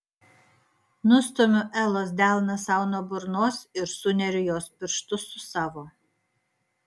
nustumiu elos delną sau nuo burnos ir suneriu jos pirštus su savo